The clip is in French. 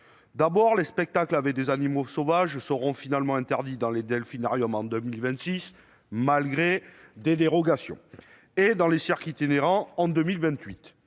D'abord, les spectacles avec des animaux sauvages seront finalement interdits dans les delphinariums en 2026, malgré des dérogations, et dans les cirques itinérants en 2028.